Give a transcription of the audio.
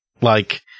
Like-